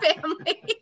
family